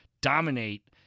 dominate